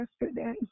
yesterday